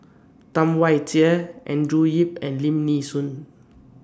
Tam Wai Jia Andrew Yip and Lim Nee Soon